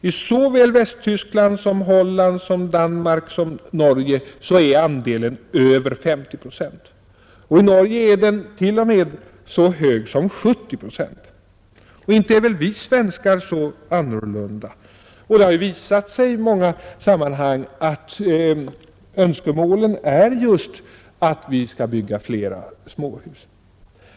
I såväl Västtyskland som Holland, Danmark och Norge är andelen över 50 procent. I Norge är den t.o.m. så hög som 70 procent. Och inte är väl vi svenskar så annorlunda? Det har ju också i många sammanhang visat sig att önskemålen är just att vi skall bygga flera småhus.